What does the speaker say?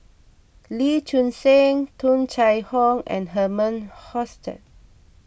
Lee Choon Seng Tung Chye Hong and Herman Hochstadt